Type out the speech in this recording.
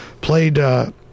played